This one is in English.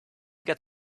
get